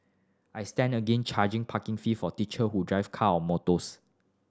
I stand again charging parking fee for teacher who drive car or motors